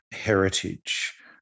heritage